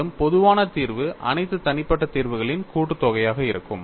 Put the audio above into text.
மேலும் பொதுவான தீர்வு அனைத்து தனிப்பட்ட தீர்வுகளின் கூட்டுத்தொகையாக இருக்கும்